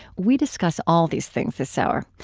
we discuss all these things this hour.